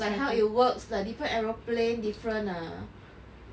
like how it works lah different aeroplane different ah